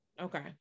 Okay